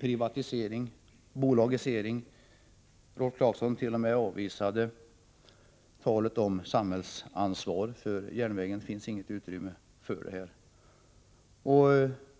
privatisering och ”bolagisering”. Rolf Clarkson avvisade t.o.m. samhällsansvar för järnvägen — enligt moderaterna finns inget utrymme för det.